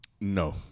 No